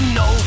no